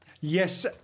Yes